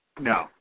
No